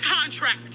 contract